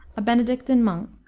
a benedictine monk,